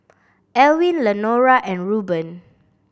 Elwin Lenora and Reuben